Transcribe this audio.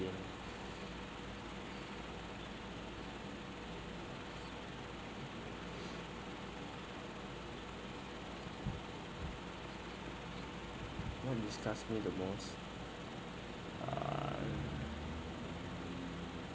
again what disgust me the most err